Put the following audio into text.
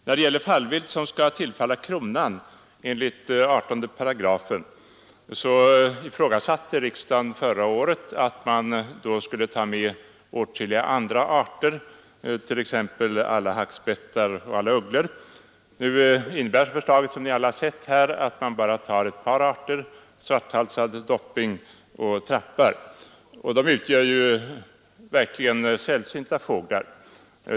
När det gäller fallvilt som skall tillfalla kronan enligt 18 § ifrågasatte riksdagen förra året om man inte också skulle ta med åtskilliga andra arter, t.ex. alla hackspettar och ugglor. Nu innebär förslaget som alla har sett att man bara utökar förteckningen med ett par arter nämligen svarthalsad dopping och trappar. De är verkligen sällsynta fåglar.